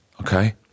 okay